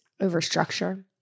overstructure